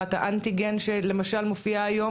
ולשאלת האנטיגן שלמשל מופיע היום,